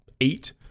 eight